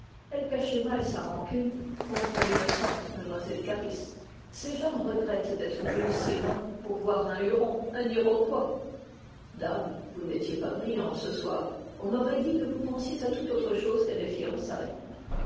elle cachait mal sa rancune contre l'innocente mlle cariste ces gens regrettent d'être venus si loin pour voir un iroquois dame vous n'étiez pas brillant ce soir on aurait dit que vous pensiez à tout autre chose qu'à des fiançailles